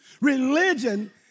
Religion